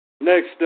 Next